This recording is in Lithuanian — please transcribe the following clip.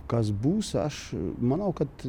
kas bus aš manau kad